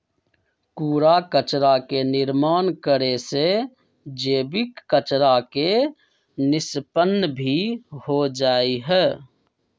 कूड़ा कचरा के निर्माण करे से जैविक कचरा के निष्पन्न भी हो जाहई